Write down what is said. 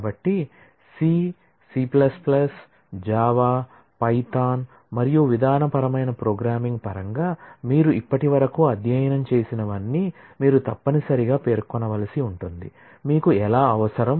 కాబట్టి C C Java Python మరియు విధానపరమైన ప్రోగ్రామింగ్ పరంగా మీరు ఇప్పటివరకు అధ్యయనం చేసినవన్నీ మీరు తప్పనిసరిగా పేర్కొనవలసి ఉంటుంది మీకు ఎలా అవసరం